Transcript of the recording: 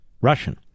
Russian